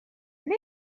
نمی